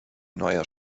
neuer